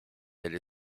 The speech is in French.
elle